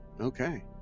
Okay